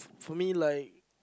for me like